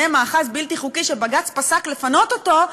מאחז בלתי חוקי שבג"ץ פסק לפנות אותו,